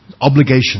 Obligation